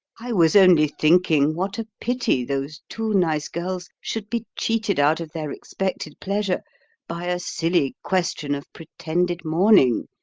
i was only thinking what a pity those two nice girls should be cheated out of their expected pleasure by a silly question of pretended mourning,